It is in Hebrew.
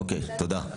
אוקיי, תודה.